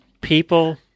people